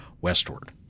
westward